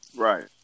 Right